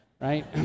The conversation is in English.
right